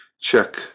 check